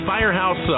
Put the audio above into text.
Firehouse